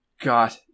God